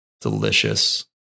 delicious